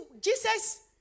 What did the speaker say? Jesus